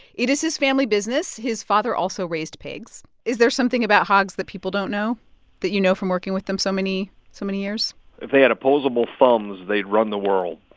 it is his family business. his father also raised pigs is there something about hogs that people don't know that you know from working with them so many so many years? if they had opposable thumbs, they'd run the world